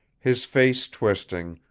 his face twisting,